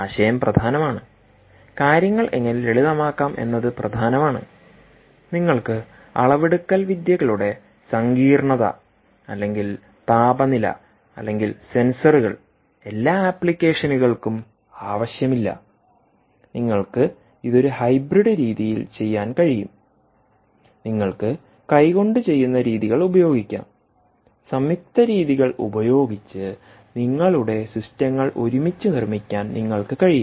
ആശയം പ്രധാനമാണ് കാര്യങ്ങൾ എങ്ങനെ ലളിതമാക്കാം എന്നത് പ്രധാനമാണ് നിങ്ങൾക്ക് അളവെടുക്കൽ വിദ്യകളുടെ സങ്കീർണ്ണത അല്ലെങ്കിൽ താപനില അല്ലെങ്കിൽ സെൻസറുകൾ എല്ലാ ആപ്ലിക്കേഷനുകൾകും ആവശ്യമില്ല നിങ്ങൾക്ക് ഇത് ഒരു ഹൈബ്രിഡ് രീതിയിൽ ചെയ്യാൻ കഴിയും നിങ്ങൾക്ക് കൈകൊണ്ടു ചെയ്യുന്ന രീതികൾ ഉപയോഗിക്കാം സംയുക്ത രീതികൾ ഉപയോഗിച്ച് നിങ്ങളുടെ സിസ്റ്റങ്ങൾ ഒരുമിച്ച് നിർമ്മിക്കാൻ നിങ്ങൾക്ക് കഴിയും